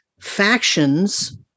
Factions